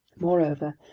moreover,